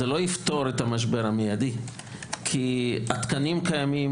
זה לא יפתור את המשבר המיידי כי התקנים קיימים.